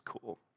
cool